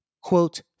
quote